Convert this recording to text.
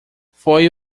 foi